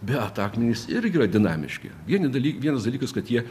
bet akmenys irgi yra dinamiški vieni dalykai vienas dalykas kad jie